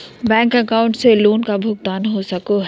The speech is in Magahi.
बैंक अकाउंट से लोन का भुगतान हो सको हई?